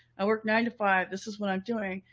i work nine to five. this is what i'm doing.